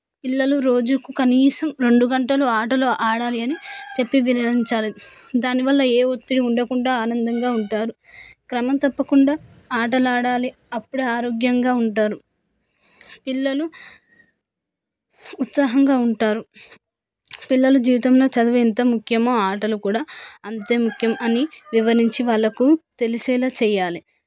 పిల్లలు రోజుకు కనీసం రెండు గంటలు ఆటలు ఆడాలి అని చెప్పి వివరించాలి దానివల్ల ఏ ఒత్తిడి ఉండకుండా ఆనందంగా ఉంటారు క్రమం తప్పకుండా ఆటలు ఆడాలి అప్పుడే ఆరోగ్యంగా ఉంటారు పిల్లలు ఉత్సాహంగా ఉంటారు పిల్లలు జీవితంలో చదివే ఎంత ముఖ్యమో ఆటలు కూడా అంతే ముఖ్యం అని వివరించి వాళ్ళకు తెలిసేలా చేయాలి